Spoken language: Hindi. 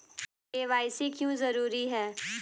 के.वाई.सी क्यों जरूरी है?